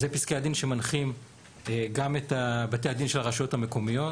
אלה פסקי הדין שמנחים גם את בתי הדין של הרשויות המקומיות,